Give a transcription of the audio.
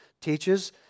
teaches